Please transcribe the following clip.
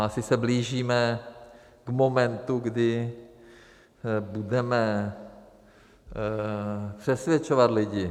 Asi se blížíme k momentu, kdy budeme přesvědčovat lidi.